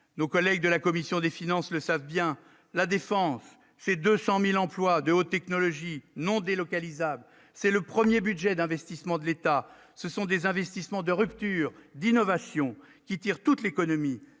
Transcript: nos collègues de la commission des finances, le savent bien : la défense, c'est 200000 emplois de haute technologie non délocalisables, c'est le 1er budget d'investissement de l'État, ce sont des investissements de rupture d'innovation qui tire toute l'économie,